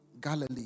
Galilee